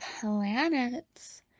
planets